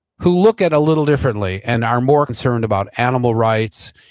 who look at a little differently. and are more concerned about animal rights,